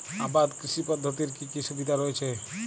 আবাদ কৃষি পদ্ধতির কি কি সুবিধা রয়েছে?